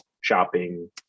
shopping